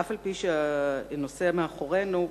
אף-על-פי שהנושא מאחורינו,